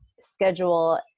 schedule